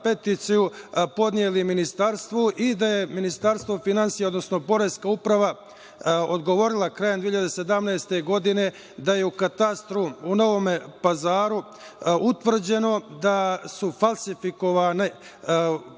peticiju podneli ministarstvu i da je Ministarstvo finansija, odnosno Poreska uprava odgovorila krajem 2017. godine da je u Katastru u Novom Pazaru utvrđeno da su falsifikovana